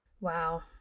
wow